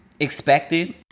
Expected